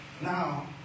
Now